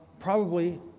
probably,